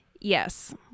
Yes